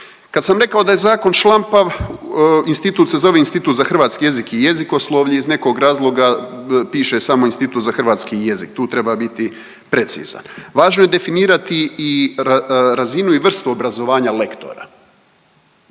Kad sam rekao da je zakon šlampav, institut se zove Institut za hrvatski jezik i jezikoslovlje, iz nekog razloga piše samo Institut za hrvatski jezik. Tu treba biti precizan. Važno je definirati i razinu i vrstu obrazovanja lektora.